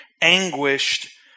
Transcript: anguished